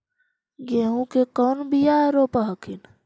गेहूं के कौन बियाह रोप हखिन?